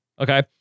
Okay